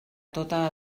tota